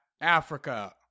Africa